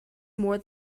more